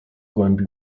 głębi